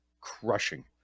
crushing